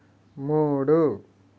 మూడు